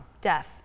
death